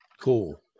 Cool